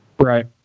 Right